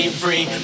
free